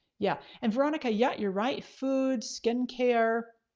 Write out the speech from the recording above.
yeah. and veronica yeah you're right. foods, skincare,